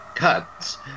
cuts